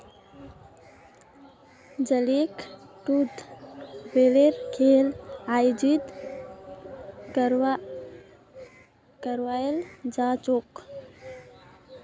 जलीकट्टूत बैलेर खेल आयोजित कराल जा छेक